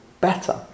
better